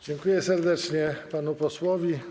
Dziękuję serdecznie panu posłowi.